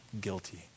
guilty